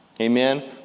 Amen